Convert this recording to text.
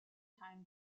time